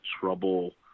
trouble